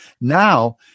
Now